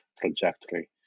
trajectory